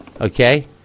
okay